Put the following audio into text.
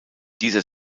dieser